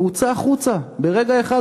והוא הוצא החוצה ברגע אחד,